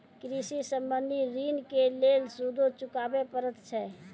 कृषि संबंधी ॠण के लेल सूदो चुकावे पड़त छै?